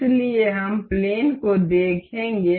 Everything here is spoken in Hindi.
इसलिए हम प्लेन को देखेंगे